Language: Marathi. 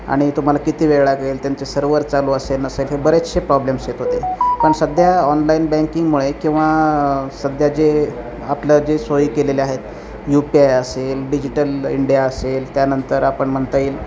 आणि तुम्हाला किती वेळ लागेल त्यांचे सर्ववर चालू असेल नसेल हे बरेचसे प्रॉब्लेम्स येत होते पण सध्या ऑनलाईन बँकिंगमुळे किंवा सध्या जे आपलं जे सोयी केलेले आहेत यू पी आय असेल डिजिटल इंडिया असेल त्यानंतर आपण म्हणता येईल